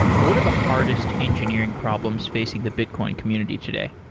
what are the hardest engineering problems facing the bitcoin community today?